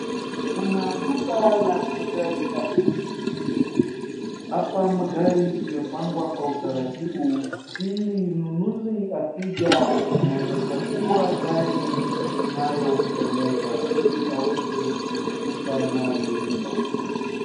Kuna duka la magari hapa. Hapa magari zimepangwa kwa utaratibu ili mnunuzi akija anaeza chagua gari inayompendeza ili aweze kufika nayo nyumbani.